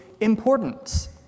importance